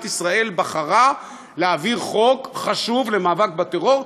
ישראל בחרה להעביר חוק חשוב למאבק בטרור,